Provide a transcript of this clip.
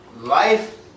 life